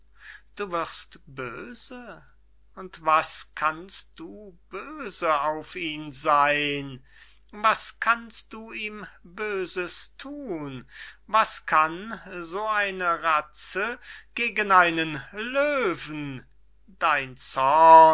du wirst böse was kannst du böse auf ihn seyn was kannst du ihm böses thun was kann so eine ratze gegen einen löwen dein zorn